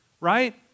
right